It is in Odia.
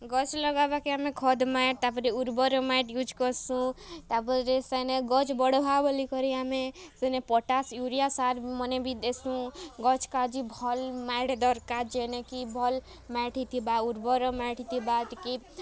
ଗଛ୍ ଲଗାବାକେ ଆମେ ଖତ୍ ମାଏଟ୍ ତାପରେ ଉର୍ବର୍ ମାଏଟ୍ ୟୁଜ୍ କର୍ସୁଁ ତା'ପ୍ରେ ସେନେ ଗଛ୍ ବଢ଼୍ବା ବୋଲିକରି ଆମେ ସେନେ ପଟାସ୍ ୟୁରିଆ ସାର୍ ମାନେ ବି ଦେସୁଁ ଗଛ୍କେ କା'ଯେ ଭଲ୍ ମାଏଟ୍ ଦରକାର୍ ଯେନେ କି ଭଲ୍ ମାଏଟ୍ ଥିବା ଉର୍ବର୍ ମାଟି ଥିବା କି